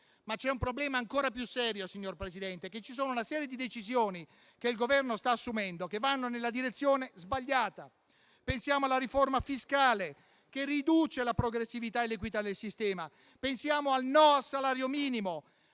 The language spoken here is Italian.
però un problema ancora più serio: c'è una serie di decisioni che il Governo sta assumendo che va nella direzione sbagliata. Pensiamo alla riforma fiscale, che riduce la progressività e l'equità del sistema; pensiamo al no al salario minimo,